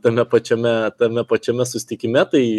tame pačiame tame pačiame susitikime tai